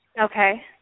Okay